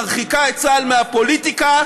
מרחיקה את צה"ל מהפוליטיקה,